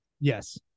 Yes